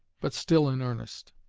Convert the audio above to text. but still in earnest.